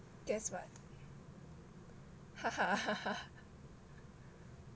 guess what haha